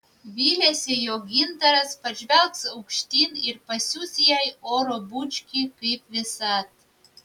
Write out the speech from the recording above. vylėsi jog gintaras pažvelgs aukštyn ir pasiųs jai oro bučkį kaip visad